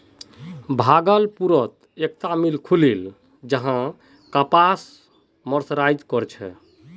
भागलपुरत एकता मिल खुलील छ जहां कपासक मर्सराइज कर छेक